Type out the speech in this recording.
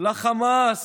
לחמאס